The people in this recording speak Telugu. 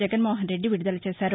జగన్మోహన్రెడ్డి విడుదల చేశారు